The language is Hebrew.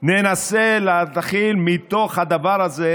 ננסה להתחיל מתוך הדבר הזה,